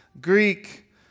Greek